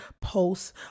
posts